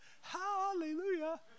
hallelujah